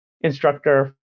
instructor